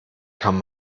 kann